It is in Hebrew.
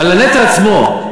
הנטל עצמו,